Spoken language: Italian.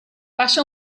passa